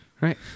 right